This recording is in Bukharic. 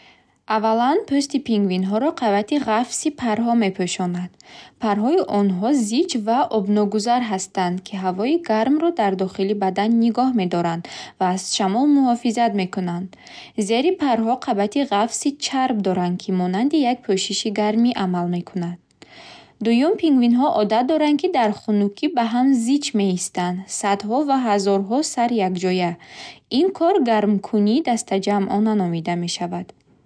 Аввалан, пӯсти пингвинҳоро қабати ғафси парҳо мепӯшонад. Парҳои онҳо зич ва обногузар ҳастанд, ки ҳавои гармро дар дохили бадан нигоҳ медоранд ва аз шамол муҳофизат мекунанд. Зери парҳо қабати ғафси чарб доранд, ки монанди як пӯшиши гармӣ амал мекунад. Дуюм пингвинҳо одат доранд, ки дар хунукӣ ба ҳам зич меистанд. Садҳо ва ҳазорҳо сар якҷоя. Ин кор гармкунии дастаҷамъона номида мешавад.